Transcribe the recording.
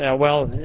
ah well,